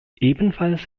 ebenfalls